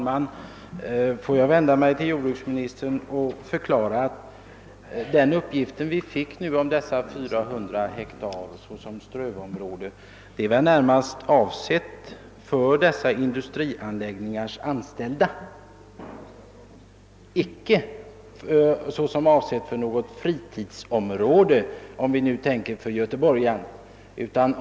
Herr talman! Den uppgift vi nu fick om ett strövområde på 490 hektar är väl mark som närmast är avsedd för de anställda vid dessa industrier, inte som fritidsområde för göteborgarna — om vi nu tänker på dem.